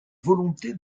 volonté